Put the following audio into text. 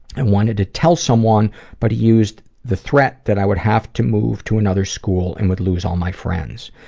i wanted to tell someone but he used the threat that i would have to move to another school and would lose all my friends.